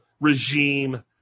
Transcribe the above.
regime